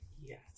yes